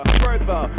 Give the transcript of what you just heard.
further